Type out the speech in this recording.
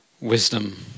wisdom